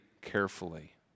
carefully